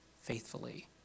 faithfully